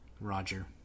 Roger